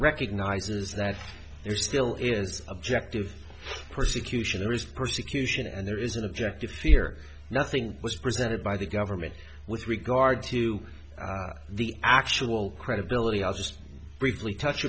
recognizes that there still is objective persecution there is persecution and there is an object of fear nothing was presented by the government with regard to the actual credibility i'll just briefly touch